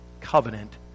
covenant